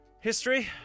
History